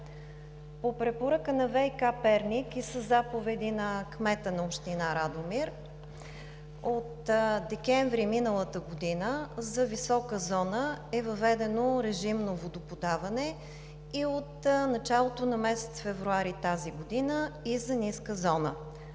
По препоръка на „ВиК – Перник“ и със заповеди на кмета на община Радомир от месец декември миналата година за висока зона е въведено режимно водоподаване и от началото на месец февруари тази година – и за ниска зона.